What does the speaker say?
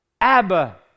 Abba